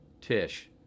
Tish